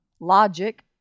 logic